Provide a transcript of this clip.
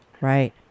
Right